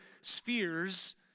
spheres